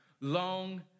long